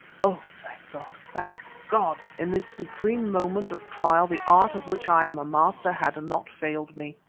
oh! thank god, thank god! in this supreme moment of trial the art of which i am a master had not failed me.